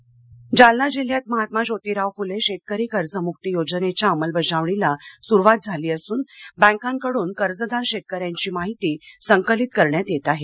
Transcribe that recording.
योजना जालना जालना जिल्ह्यात महात्मा ज्योतिराव फुले शेतकरी कर्जमुक्ती योजनेच्या अंमलबजावणीस सुरुवात झाली असून बँकांकडून कर्जदार शेतकऱ्यांची माहिती संकलित करण्यात येत आहे